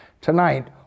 Tonight